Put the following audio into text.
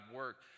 work